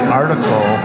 article